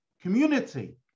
community